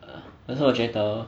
可是我觉得